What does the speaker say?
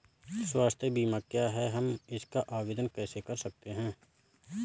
स्वास्थ्य बीमा क्या है हम इसका आवेदन कैसे कर सकते हैं?